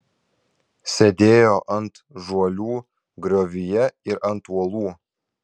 sėdėjo ant žuolių griovyje ir ant uolų